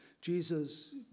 Jesus